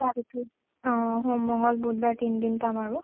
অঁ সোম মঙল বুধবাৰ তিনিদিন পাম আৰু